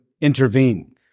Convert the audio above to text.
intervene